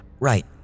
Right